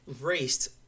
raced